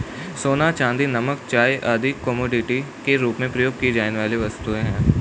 सोना, चांदी, नमक, चाय आदि कमोडिटी के रूप में प्रयोग की जाने वाली वस्तुएँ हैं